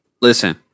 Listen